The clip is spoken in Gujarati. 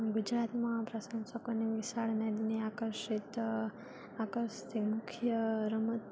ગુજરાતમાં પ્રશંસકોની વિશાળ અને દુનિયા આકર્ષિત આકર્ષતી મુખ્ય રમત